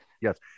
Yes